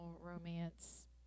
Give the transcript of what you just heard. Romance